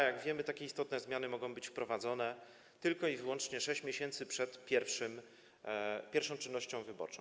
Jak wiemy, takie istotne zmiany mogą być wprowadzone tylko i wyłącznie 6 miesięcy przed pierwszą czynnością wyborczą.